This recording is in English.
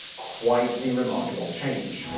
quite the remarkable change.